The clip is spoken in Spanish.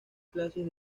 clases